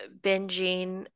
binging